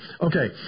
okay